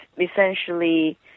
essentially